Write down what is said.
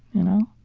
you know?